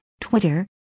Twitter